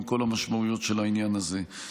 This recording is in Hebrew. עם כל המשמעויות של העניין הזה.